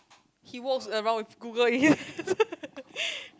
he walks around with Google ears